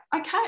okay